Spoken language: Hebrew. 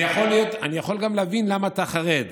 אני יכול גם להבין למה אתה חרד,